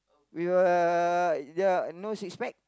with a uh no six pack